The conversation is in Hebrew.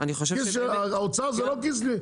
כיס של האוצר זה לא כיס שלכם.